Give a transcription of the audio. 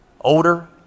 Older